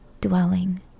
dwelling